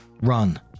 Run